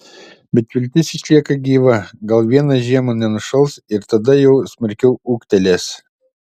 bet viltis išlieka gyva gal vieną žiemą nenušals ir tada jau smarkiau ūgtelės